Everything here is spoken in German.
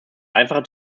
einfacher